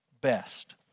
best